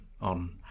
on